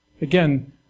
Again